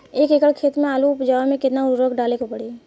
एक एकड़ खेत मे आलू उपजावे मे केतना उर्वरक डाले के पड़ी?